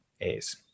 A's